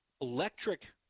electric